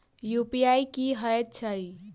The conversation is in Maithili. यु.पी.आई की हएत छई?